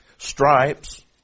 stripes